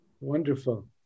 wonderful